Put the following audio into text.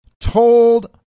told